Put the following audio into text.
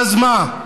אז מה?